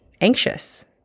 anxious